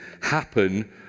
happen